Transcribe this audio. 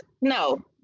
no